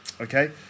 Okay